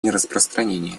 нераспространения